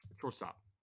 Shortstop